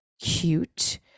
cute